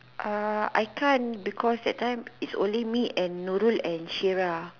uh I can't because that time is only me and Nurul and Shira